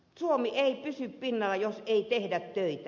suomi ei pysy pinnalla jos ei tehdä töitä